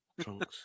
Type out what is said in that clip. trunks